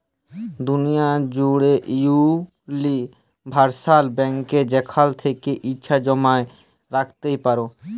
দুলিয়া জ্যুড়ে উলিভারসাল ব্যাংকে যেখাল থ্যাকে ইছা জমা রাইখতে পারো